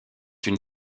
une